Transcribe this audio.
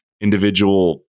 individual